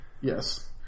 yes